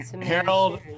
Harold